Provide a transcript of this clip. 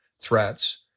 threats